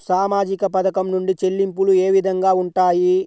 సామాజిక పథకం నుండి చెల్లింపులు ఏ విధంగా ఉంటాయి?